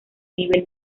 nivel